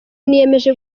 niyemeje